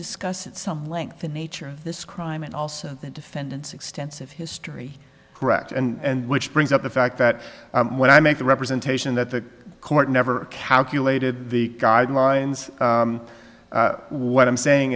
discuss at some length the nature of this crime and also the defendant's extensive history correct and which brings up the fact that when i make the representation that the court never calculated the guidelines what i'm saying